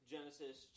Genesis